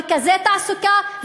מרכזי תעסוקה,